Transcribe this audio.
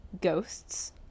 Ghosts